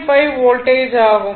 5 voltage ஆகும்